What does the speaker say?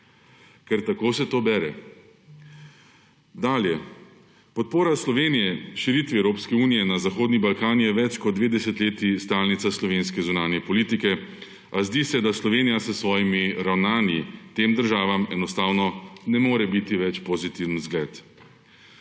Ker tako se to bere. Dalje. Podpora Slovenije širitvi Evropske unije na Zahodni Balkan je več kot dve desetletji stalnica slovenske zunanje politike, a zdi se, da Slovenija s svojimi ravnanji tem državam enostavno ne more biti več pozitivni vzgled.